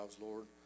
Lord